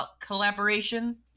collaboration